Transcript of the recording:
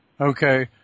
Okay